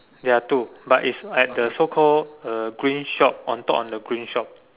ya two but is at the so called uh green shop on top on the green shop